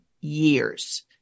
years